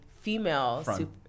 female